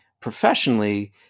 professionally